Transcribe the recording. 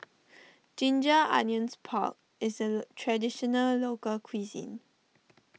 Ginger Onions Pork is a Traditional Local Cuisine